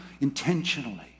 intentionally